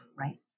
right